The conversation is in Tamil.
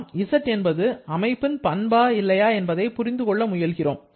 நாம் z என்பது அமைப்பின் பண்பா இல்லையா என்பதை புரிந்துகொள்ள முயல்கிறோம்